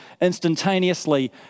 instantaneously